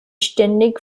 ständig